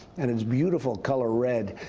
and it's beautiful color red,